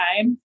time